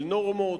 על נורמות.